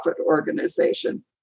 organization